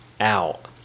out